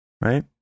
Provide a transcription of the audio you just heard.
right